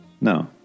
No